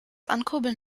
ankurbeln